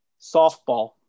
softball